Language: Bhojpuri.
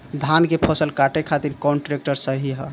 धान के फसल काटे खातिर कौन ट्रैक्टर सही ह?